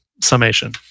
summation